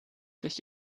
sich